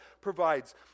provides